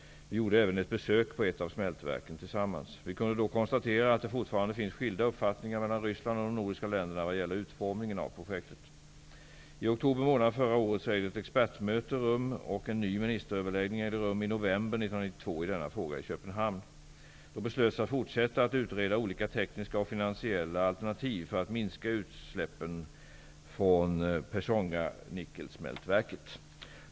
Vi gjorde även ett besök på ett av smältverken tillsammans. Vi kunde då konstatera att det fortfarande finns skilda uppfattningar mellan Ryssland och de nordiska länderna vad gäller utformningen av projektet. I oktober månad förra året ägde ett expertmöte rum och en ny ministeröverläggning ägde rum i november 1992 i denna fråga i Köpenhamn. Då beslöts att fortsätta att utreda olika tekniska och finansiella alternativ för att minska utsläppen från Pechonganickelsmältverket.